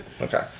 Okay